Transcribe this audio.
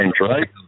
right